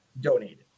donated